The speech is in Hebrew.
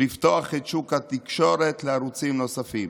ולפתוח את שוק התקשורת לערוצים נוספים.